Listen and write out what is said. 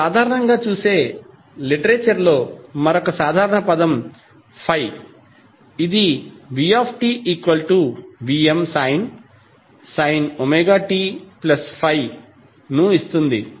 మీరు సాధారణంగా చూసే లిటరేచర్ లో మరొక సాధారణ పదం ∅ ఇది vtVmsin ωt∅ ను ఇస్తుంది